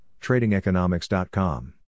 TradingEconomics.com